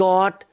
God